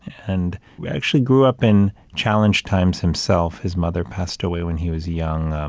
and actually grew up in challenge times himself, his mother passed away when he was young.